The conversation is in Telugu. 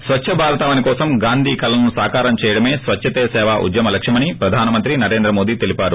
స్వచ్చ భారతావని కోసం గాంధీ కలలను సాకారం చేయడమే స్వచ్చతే సేవ ఉద్యమ లక్ష్యమని ప్రధానిమంత్రి నరేంద్రమోదీ తెలిపారు